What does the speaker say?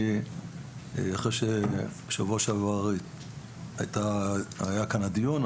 אחרי שבשבוע שעבר היה כאן דיון,